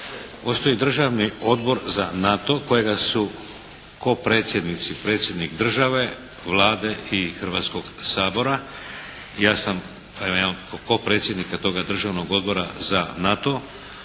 Postoji Državni odbor za NATO kojega su koopredsjednici predsjednik države, Vlade i Hrvatskog sabora. Ja sam jedan od koopredsjednika toga Državnog odbora za NATO